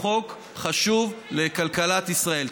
חוק חשוב לכלכלת ישראל.